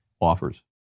offers